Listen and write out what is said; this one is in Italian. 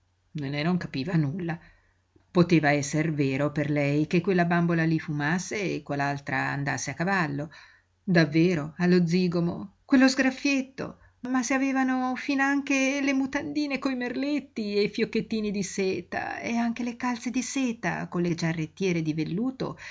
nenè non capiva nulla poteva esser vero per lei che quella bambola lí fumasse e quell'altra andasse a cavallo davvero allo zigomo quello sgraffietto ma se avevano finanche le mutandine coi merletti e i fiocchettini di seta e anche le calze di seta con le giarrettiere di velluto